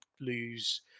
lose